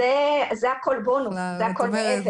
זה הכול בונוס, זה הכול מעבר.